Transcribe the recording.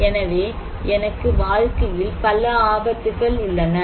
எனவே எனக்கு வாழ்க்கையில் பல ஆபத்துகள் உள்ளன